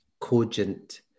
cogent